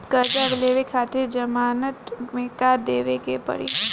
कर्जा लेवे खातिर जमानत मे का देवे के पड़ी?